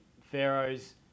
Pharaoh's